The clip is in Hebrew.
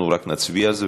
אנחנו רק נצביע על זה,